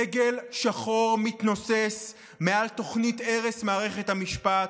דגל שחור מתנוסס מעל תוכנית הרס מערכת המשפט.